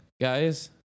guys